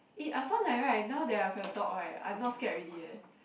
eh I find that right now that I have a dog right I not scared already eh